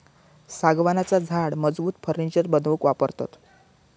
सागवानाचा झाड मजबूत फर्नीचर बनवूक वापरतत